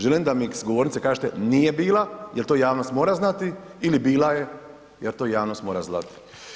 Želim da s govornice kažete nije bila, jer to javnost mora znati, ili bila je, jer to javnost mora znati.